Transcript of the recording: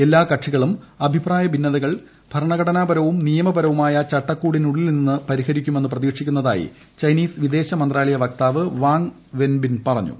എല്ലാ കക്ഷികളും അഭിപ്രായ ഭിന്നതകൾ ഭരണഘടനാ പരവും നിയമപരവുമായ ചട്ടക്കൂടിനുള്ളിൽ നിന്ന് പരിഹരിക്കുമെന്ന് പ്രതീക്ഷിക്കുന്നതായി ചൈനീസ് വിദേശ മന്ത്രാലയ വക്താവ് വാങ് വെൻബിൻ പറഞ്ഞു